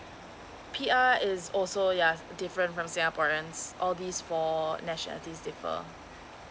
P_R is also yeah different from singaporeans all these for nationalities differ